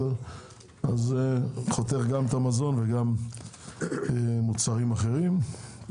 אז חותך גם את המזון וגם מוצרים אחרים.